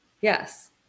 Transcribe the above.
yes